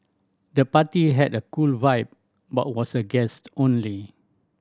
the party had a cool vibe but was the guest only